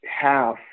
half